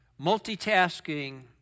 Multitasking